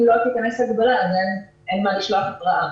אם לא תיכנס הגבלה, עדיין אין מה לשלוח התראה.